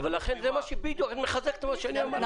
את מחזקת את מה שאני אומרת.